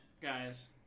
guys